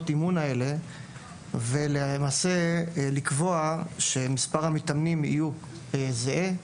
האימון האלה ולמעשה לקבוע שמספר המתאמנים יהיה זהה.